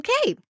Okay